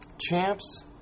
Champs